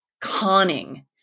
conning